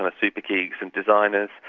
and super-geeks and designers,